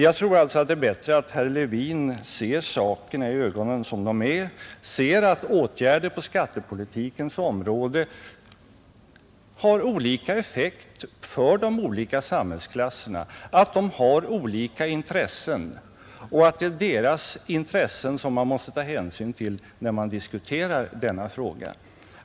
Jag tror alltså att det är bättre att herr Levin ser sakerna som de är och inser att åtgärder på skattepolitikens område får olika effekter för de olika samhällsklasserna, att skilda samhällsklasser har olika intressen och att det är deras intressen som man måste ta hänsyn till när man diskuterar denna fråga.